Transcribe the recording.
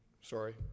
Sorry